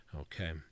Okay